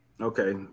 Okay